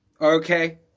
Okay